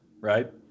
Right